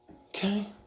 Okay